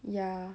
ya